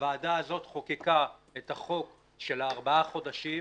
הוועדה הזאת חוקקה את החוק על ארבעה חודשים,